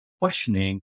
questioning